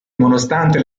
nonostante